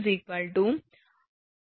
73 472